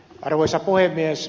arvoisa puhemies